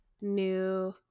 new